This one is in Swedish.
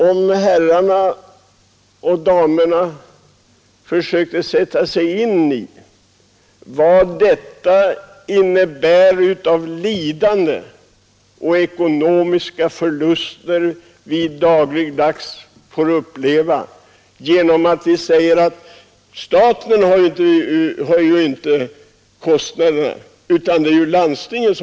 Om herrarna och damerna kunde sätta sig in i vad det innebär i lidande och ekonomiska förluster dagligdags att vi säger oss att det inte är staten som drabbas av kostnaderna utan landstinget!